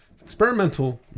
Experimental